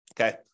Okay